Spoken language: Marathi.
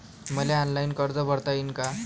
मले ऑनलाईन कर्ज भरता येईन का?